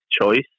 choice